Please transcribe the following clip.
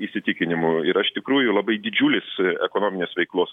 įsitikinimu yra iš tikrųjų labai didžiulis ekonominės veiklos